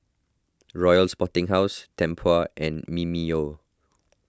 Royal Sporting House Tempur and Mimeo